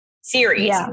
series